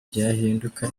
byahinduka